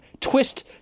twist